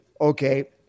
okay